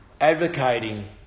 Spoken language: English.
advocating